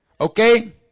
Okay